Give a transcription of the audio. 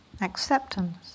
acceptance